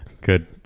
Good